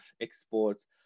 exports